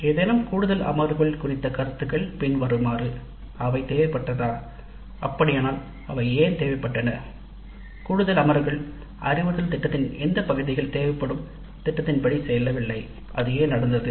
ஏதேனும் கூடுதல் அமர்வுகள் குறித்த கருத்துகளில் பின்வருவன அடங்கும் கூடுதல் அமர்வுகள் தேவைப்பட்டதா அப்படியானால் அவை ஏன் தேவைப்பட்டது கூடுதல் அமர்வுகள் குறித்த அறிவுறுத்தல் திட்டத்தின் எந்த பகுதிகள் தேவைப்படும் திட்டத்தின் படி செல்லவில்லை மற்றும் அது ஏன் நடந்தது